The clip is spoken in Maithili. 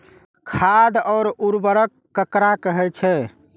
खाद और उर्वरक ककरा कहे छः?